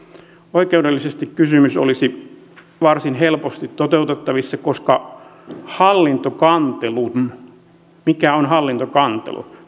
oikeudellisesti kysymys olisi varsin helposti toteutettavissa koska hallintokantelun perusolemus se mikä on hallintokantelu